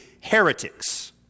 heretics